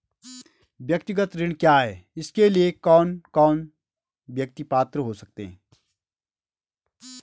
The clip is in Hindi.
व्यक्तिगत ऋण क्या है इसके लिए कौन कौन व्यक्ति पात्र हो सकते हैं?